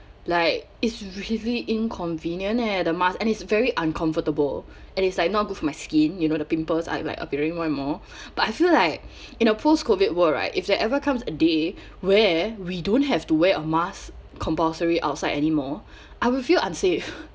like it's really inconvenient eh the mask and it's very uncomfortable and it's like not good for my skin you know the pimples are like appearing more and more but I feel like in a post COVID world right if there ever comes a day where we don't have to wear a mask compulsory outside anymore I will feel unsafe